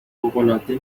فوقالعاده